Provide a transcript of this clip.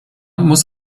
muss